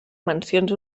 mencions